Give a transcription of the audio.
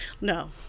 no